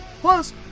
Plus